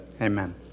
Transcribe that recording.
amen